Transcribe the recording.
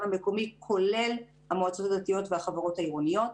המקומי כולל המועצות הדתיות והחברות העירוניות.